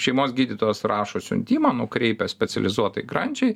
šeimos gydytojas rašo siuntimą nukreipia specializuotai grandžiai